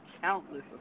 countless